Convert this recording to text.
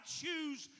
choose